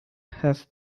has